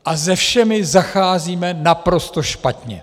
A se všemi zacházíme naprosto špatně.